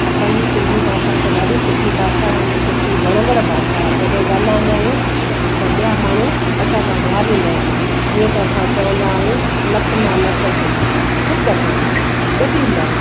असांजी सिंधी भाषा त ॾाढी सुठी भाषा ऐं सुठी वणंदड़ भाषा आहे जॾहिं ॻाल्हाईंदा आहियूं त ॿिया माण्हू असांजा निहारींदा आहिनि जीअं त असां चवंदा आहियूं लखु नालत थई थुकु थई ॿुडी मर